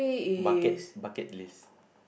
bucket bucket list